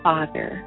Father